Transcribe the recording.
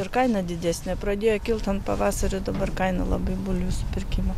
ir kaina didesnė pradėjo kilt ant pavasario dabar kaina labai bulvių supirkimo